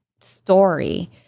story